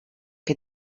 que